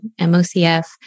MOCF